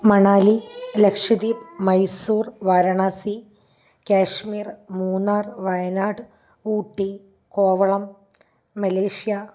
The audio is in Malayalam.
മണാലി ലക്ഷദ്വീപ് മൈസൂർ വാരണാസി കാശ്മീർ മൂന്നാർ വയനാട് ഊട്ടി കോവളം മലേഷ്യ